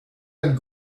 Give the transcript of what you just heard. and